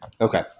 Okay